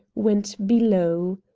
went below.